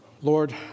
Lord